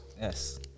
Yes